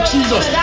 Jesus